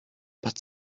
but